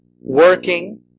working